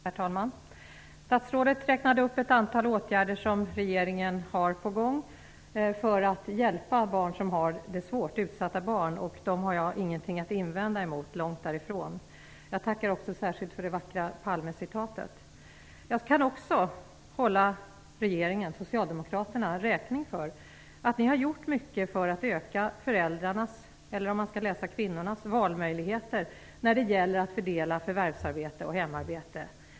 Herr talman! Statsrådet räknade upp ett antal åtgärder som regeringen har på gång för att hjälpa barn som har det svårt, utsatta barn. Dem har jag ingenting emot, långt därifrån. Jag tackar också särskilt för det vackra Palmecitatet. Jag kan också hålla regeringen och Socialdemokraterna räkning för att ni har gjort mycket för att öka föräldrarnas, eller om man så vill kvinnornas, valmöjligheter när det gäller att fördela förvärvsarbete och hemarbete.